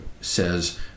says